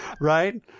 Right